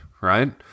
right